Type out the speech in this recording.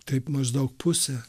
taip maždaug pusę